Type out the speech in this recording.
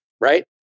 right